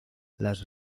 las